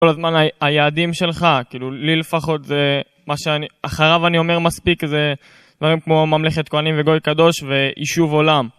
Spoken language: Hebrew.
כל הזמן היעדים שלך, כאילו לי לפחות, אחריו אני אומר מספיק זה דברים כמו ממלכת כהנים וגואל קדוש ויישוב עולם